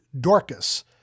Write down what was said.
Dorcas